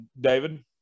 david